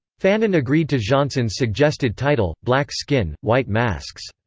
fanon agreed to jeanson's suggested title, black skin, white masks.